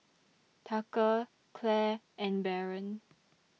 Tucker Clair and Baron